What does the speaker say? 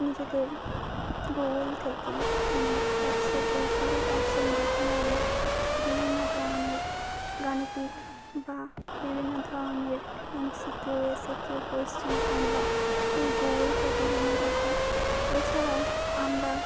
নিজেদের গুগল থেকে ফোনের অ্যাপসের এই গুগল অ্যাপসের মাধ্যমে আমরা বিভিন্ন ধরনের গাণিতিক বা বিভিন্ন ধরনের এমসিকিউ এসএকিউ কোয়েশ্চেন আমরা এই গুগল থেকে জেনে থাকি এছাড়াও আমরা